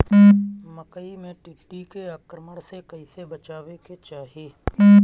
मकई मे टिड्डी के आक्रमण से कइसे बचावे के चाही?